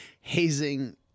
hazing